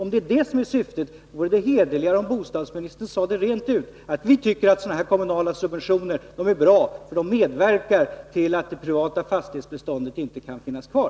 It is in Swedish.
Om det är detta som är syftet, vore det hederligare om bostadsministern sade rent ut: Vi tycker att sådana här kommunala subventioner är bra, för de medverkar till att det privata fastighetsbeståndet inte kan finnas kvar.